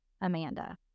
Amanda